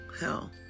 hell